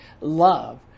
love